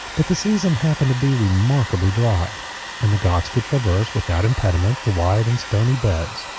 but the season happened to be remarkably dry and the goths could traverse, without impediment, the wide and stony beds,